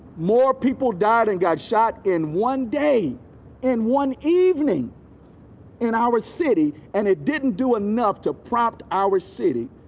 more people died and got shot in one day in one evening in our city, and it didn't do enough to prompt our city.